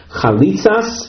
chalitzas